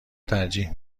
ترجیح